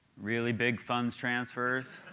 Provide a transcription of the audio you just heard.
really big funds transfers.